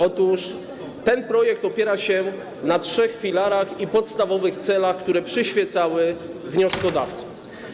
Otóż ten projekt opiera się na trzech filarach i podstawowych celach, które przyświecały wnioskodawcom.